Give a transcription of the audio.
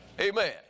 Amen